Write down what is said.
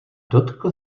dotkl